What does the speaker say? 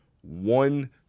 one